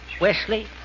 Wesley